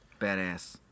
badass